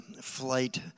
flight